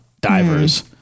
divers